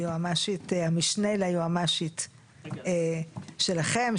המשנה ליועמ"שית שלכם,